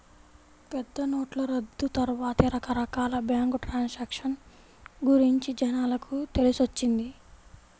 పెద్దనోట్ల రద్దు తర్వాతే రకరకాల బ్యేంకు ట్రాన్సాక్షన్ గురించి జనాలకు తెలిసొచ్చింది